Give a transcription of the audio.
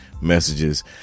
messages